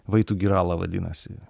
vai tu girala vadinasi